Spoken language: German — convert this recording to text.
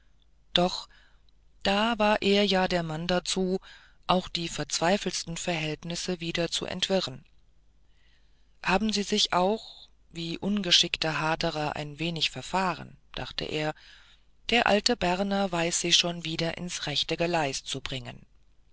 doch da war er ja der mann dazu auch die verzweifeltsten verhältnisse wieder zu entwirren haben sie sich auch wie ungeschickte hauderer ein wenig verfahren dachte er der alte berner weiß sie schon wieder ins rechte geleis zu bringen